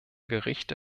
gerichte